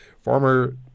former